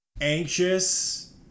Anxious